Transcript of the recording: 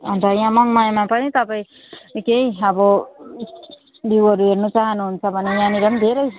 अन्त यहाँ मङमायामा पनि तपाईँ केही अब भ्यूहरू हेर्नु चाहनुहुन्छ भनेर यहाँनिर पनि धेरै